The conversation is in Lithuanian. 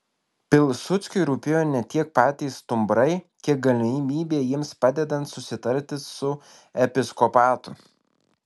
pilsudskiui rūpėjo ne tiek patys stumbrai kiek galimybė jiems padedant susitarti su episkopatu